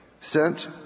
sent